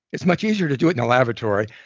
it's much easier to do it in a laboratory.